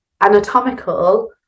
anatomical